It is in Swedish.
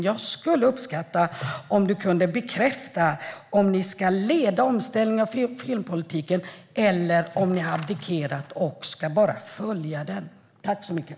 Jag skulle uppskatta att få veta om du kan bekräfta att ni ska leda omställningen av filmpolitiken eller om ni har abdikerat och bara ska följa den.